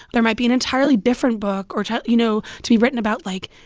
there might be an entirely different book or you know, to be written about, like,